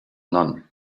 none